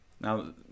Now